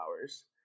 hours